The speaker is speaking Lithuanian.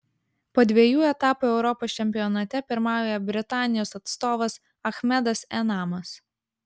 po dviejų etapų europos čempionate pirmauja britanijos atstovas achmedas enamas